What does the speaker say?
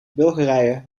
bulgarije